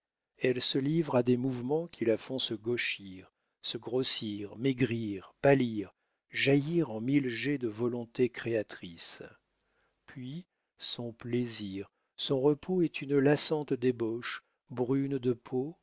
elle se livre à des mouvements qui la font se gauchir se grossir maigrir pâlir jaillir en mille jets de volonté créatrice puis son plaisir son repos est une lassante débauche brune de peau